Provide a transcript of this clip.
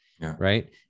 right